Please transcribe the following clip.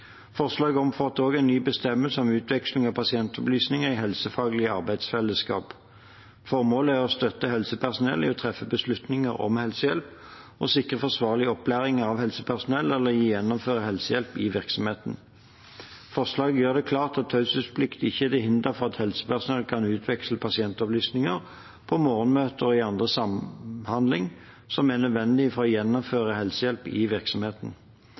Forslaget omfatter også en ny bestemmelse om utveksling av pasientopplysninger i helsefaglige arbeidsfellesskap. Formålet er å støtte helsepersonell i å treffe beslutninger om helsehjelp og sikre forsvarlig opplæring av helsepersonell eller gjennomføre helsehjelp i virksomheten. Forslaget gjør det klart at taushetsplikt ikke er til hinder for at helsepersonell kan utveksle pasientopplysninger på morgenmøter og i annen samhandling som er nødvendig for å gjennomføre helsehjelp i virksomheten.